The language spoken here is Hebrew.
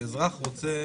שאזרח רוצה